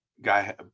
guy